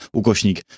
ukośnik